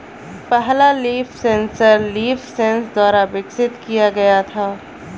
पहला leaf sensor LeafSense द्वारा विकसित किया गया था